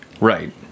Right